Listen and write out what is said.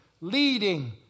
leading